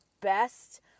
best